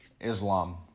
Islam